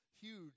huge